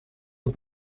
het